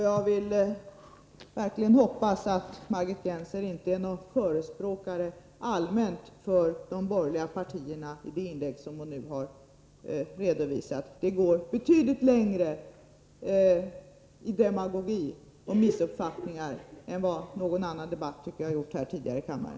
Jag vill verkligen hoppas att Margit Gennser inte är någon talesman allmänt för de borgerliga partierna i det inlägg som hon nu gjort — det går betydligt längre i demagogi och missuppfattningar än någon debatt här i kammaren gjort tidigare.